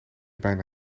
bijna